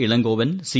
Ilangoval C